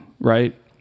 right